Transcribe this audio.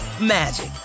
magic